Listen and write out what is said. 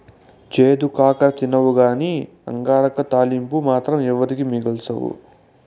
చేదు కాకర తినవుగానీ అంగాకర తాలింపు మాత్రం ఎవరికీ మిగల్సవు